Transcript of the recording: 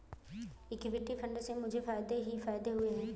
equity fund से मुझे फ़ायदे ही फ़ायदे हुए हैं